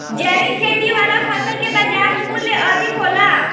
जैविक खेती वाला फसल के बाजार मूल्य अधिक होला